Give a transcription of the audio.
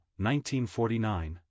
1949